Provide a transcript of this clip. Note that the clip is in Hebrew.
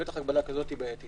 בטח הגבלה כזאת - היא בעייתית.